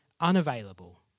unavailable